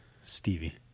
Stevie